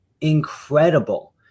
incredible